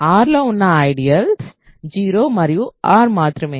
Rలో ఉన్న ఐడియల్స్ 0 మరియు R మాత్రమే